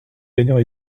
gagnant